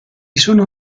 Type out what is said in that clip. sono